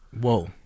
Whoa